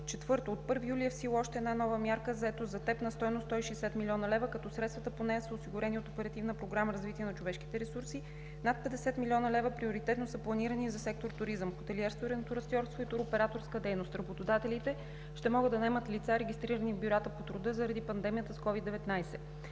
Четвърто, от 1 юли е в сила новата мярка „Заетост за теб“, която е на стойност 160 млн. лв., като средствата по нея са осигурени по Оперативна програма „Развитие на човешките ресурси“, а над 50 млн. лв. приоритетно са планирани за секторите „Туризъм“, „Хотелиерство и ресторантьорство“ и „Туроператорска дейност“. Работодателите ще могат да наемат лица, регистрирани в бюрата по труда заради пандемията с COVID-19.